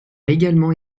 également